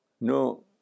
no